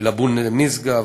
עילבון ומשגב,